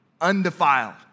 undefiled